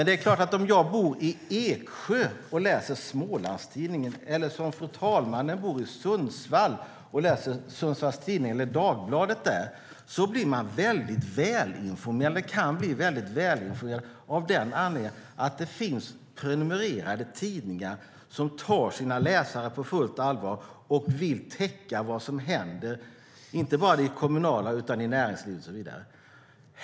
Det är klart att om man bor i Eksjö och läser Smålandstidningen eller om man, som fru talman, bor i Sundsvall och läser Sundsvalls Tidning eller Dagbladet där kan man bli väldigt välinformerad av den anledningen att det finns prenumererade tidningar som tar sina läsare på fullt allvar och vill täcka vad som händer, inte bara kommunalt utan också i näringslivet och så vidare.